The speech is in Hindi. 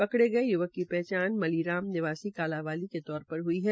पकडे गये य्वक की पहचान मसीराम निवासी कालांवाली के तौर पर हई है